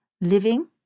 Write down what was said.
living